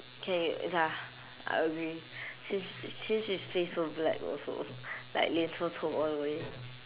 K ya I agree since since his face so black also like 脸臭臭 all the way